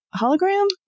hologram